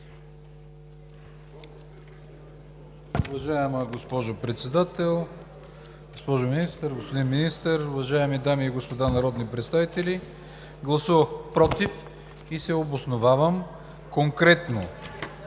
Уважаема госпожо Председател, госпожо Министър, господин Министър, уважаеми дами и господа народни представители! Гласувах „против“ и се обосновавам конкретно